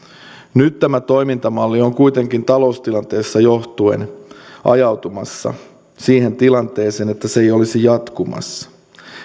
nyt tämä toimintamalli on kuitenkin taloustilanteesta johtuen ajautumassa siihen tilanteeseen että se ei olisi jatkumassa